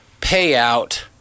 payout